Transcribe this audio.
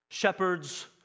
Shepherds